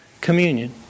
Communion